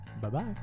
Bye-bye